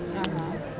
ya !huh!